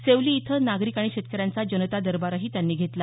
सेवली इथं नागरिक आणि शेतकऱ्यांचा जनता दरबारही त्यांनी घेतला